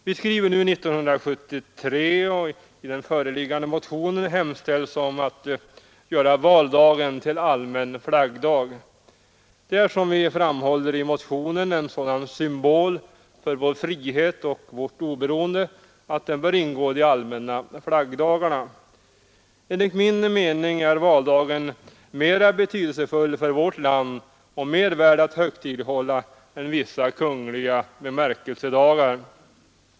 Vi skriver nu 1973, och i den föreliggande motionen hemställs om att göra valdagen till allmän flaggdag. Den är som vi framhåller i motionen en sådan symbol för vår frihet och vårt oberoende att den bör ingå i de allmänna flaggdagarna. Enligt min mening är valdagen mera betydelsefull för vårt land och mer värd att högtidlighålla än vissa kungliga bemärkelsedagar.